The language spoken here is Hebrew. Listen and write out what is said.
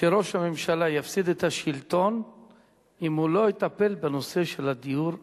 שראש הממשלה יפסיד את השלטון אם הוא לא יטפל בנושא של הדיור הציבורי.